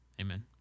Amen